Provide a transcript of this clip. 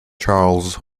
charles